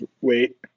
Wait